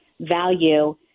value